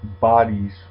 bodies